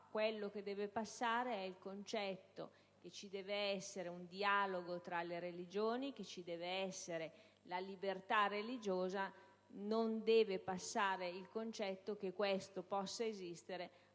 quello che deve passare è il concetto che ci deve essere un dialogo tra le religioni, che ci deve essere la libertà religiosa. Non deve passare il concetto che questo possa esistere attraverso